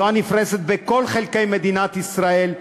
זו הנפרסת בכל חלקי מדינת ישראל,